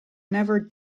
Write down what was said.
never